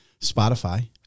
Spotify